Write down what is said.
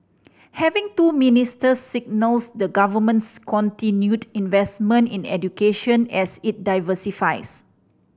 having two ministers signals the Government's continued investment in education as it diversifies